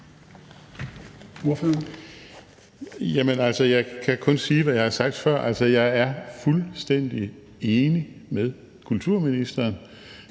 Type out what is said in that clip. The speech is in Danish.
jeg kan kun sige, hvad jeg har sagt før. Altså, jeg er fuldstændig enig med kulturministeren,